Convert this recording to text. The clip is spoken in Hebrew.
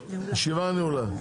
הישיבה ננעלה בשעה